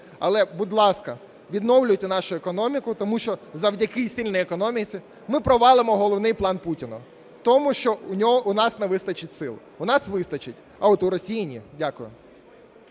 Але, будь ласка, відновлюйте нашу економіку, тому що завдяки сильній економіці ми провалимо головний план Путіну, тому що у нас не вистачить сил, у нас вистачить, а от у Росії ні. Дякую.